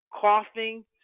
coughing